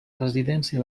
residència